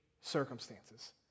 circumstances